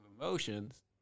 emotions